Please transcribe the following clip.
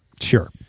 Sure